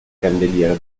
candeliere